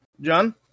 John